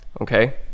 okay